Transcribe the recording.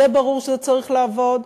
יהיה ברור שזה צריך לעבוד,